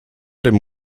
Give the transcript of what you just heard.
dem